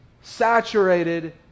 saturated